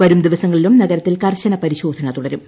വരും ദിവസങ്ങളിലും നഗരത്തിൽ കർശന പരിശോധന തുടരും